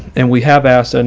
and we have asked and